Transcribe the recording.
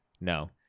No